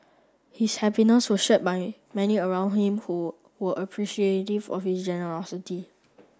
his happiness was shared by many around him who were appreciative of his generosity